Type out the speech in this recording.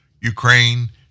Ukraine